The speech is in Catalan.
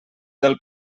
del